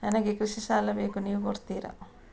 ನನಗೆ ಕೃಷಿ ಸಾಲ ಬೇಕು ನೀವು ಕೊಡ್ತೀರಾ?